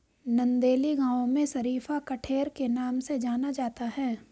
नंदेली गांव में शरीफा कठेर के नाम से जाना जाता है